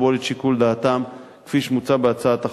לכבול את שיקול דעתם כפי שמוצע בהצעת החוק,